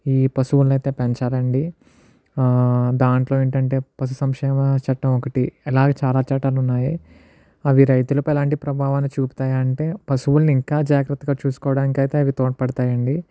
ఈ పశువులను అయితే పెంచాలి అండి దాంట్లో ఏంటంటే పశు సంక్షేమ చట్టం ఒక్కటి ఇలాగే చాలా చట్టాలు ఉన్నాయి అవి రైతులకు ఎలాంటి ప్రభావాన్ని చూపుతాయి అంటే పశువుల్ని ఇంకా జాగ్రత్తగా చూసుకోవడానికి అయితే అవి తోడ్పడతాయి అండి